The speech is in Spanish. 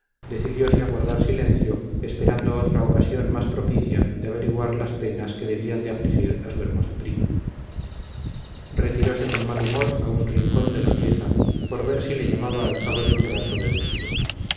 decidióse a guardar silencio esperando otra ocasión más propicia de averiguar las penas que debían de afligir a su hermosa prima retiróse con mal humor a un rincón de la pieza por ver si le llamaba al cabo de un rato de desvío